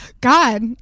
God